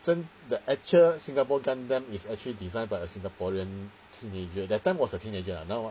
真 the actual singapore gundam is actually designed by a singaporean teenager that time was a teenager lah now